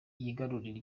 yigarurire